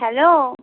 hello